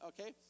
okay